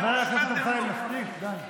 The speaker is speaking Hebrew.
חבר הכנסת אמסלם, מספיק, די.